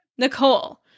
Nicole